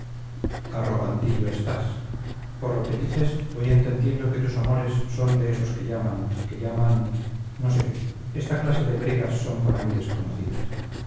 los pida arrogantillo estás por lo que dices voy entendiendo que tus amores son de esos que llaman que llaman no sé esta clase de bregas son para mí desconocidas